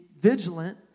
vigilant